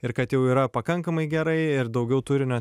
ir kad jau yra pakankamai gerai ir daugiau turinio